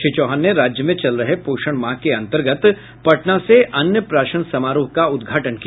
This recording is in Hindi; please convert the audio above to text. श्री चौहान ने राज्य में चल रहे पोषण माह के अंतर्गत पटना से अन्नप्राशन समारोह का उद्घाटन किया